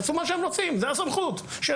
שיעשו מה שהם רוצים; זו הסמכות שלהם,